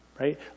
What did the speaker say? Right